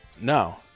no